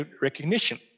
recognition